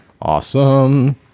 awesome